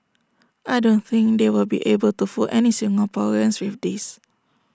I don't think they will be able to fool any Singaporeans with this